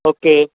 okay